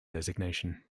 designation